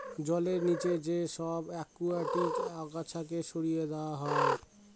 জলের নিচে যে সব একুয়াটিক আগাছাকে সরিয়ে দেওয়া হয়